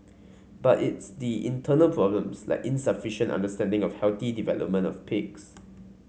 but it's the internal problems like insufficient understanding of healthy development of pigs